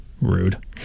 Rude